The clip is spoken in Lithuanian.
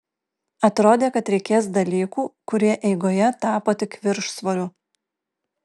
atrodė kad reikės dalykų kurie eigoje tapo tik viršsvoriu